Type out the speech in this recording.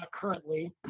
currently